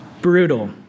brutal